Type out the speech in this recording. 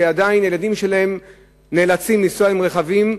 שעדיין הילדים שלהם נאלצים לנסוע עם רכבים,